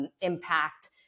impact